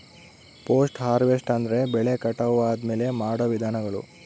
post harvest ಅಂದ್ರೆ ಬೆಳೆ ಕಟಾವು ಆದ್ಮೇಲೆ ಮಾಡೋ ವಿಧಾನಗಳು